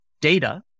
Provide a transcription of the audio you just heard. data